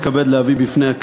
הבאה,